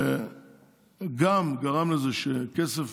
וזה גם גרם לזה שכסף